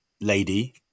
lady